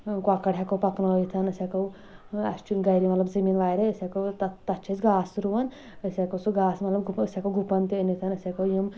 کۄکر ہٮ۪کو پَکنٲوِتھ أسۍ ہٮ۪کو اَسہِ چھُ نہٕ گرِ مطلب زمیٖن واریاہ أسۍ ہٮ۪کو تَتھ تتھ چھ گاسہٕ رُوان أسۍ ہٮ۪کو سُہ گاسہٕ مطلب أسۍ ہٮ۪کو گُپن تہِ أنِتھ أسۍ ہیکَو یِم